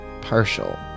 partial